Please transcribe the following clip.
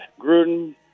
Gruden